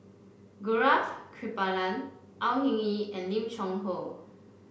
Gaurav Kripalani Au Hing Yee and Lim Cheng Hoe